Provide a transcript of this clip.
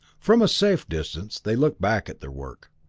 from a safe distance they looked back at their work.